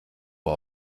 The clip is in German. uhr